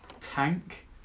Tank